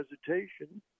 hesitation